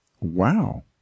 Wow